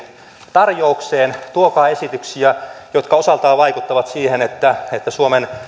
tarjoukseen tuokaa esityksiä jotka osaltaan vaikuttavat siihen että suomen